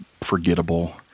forgettable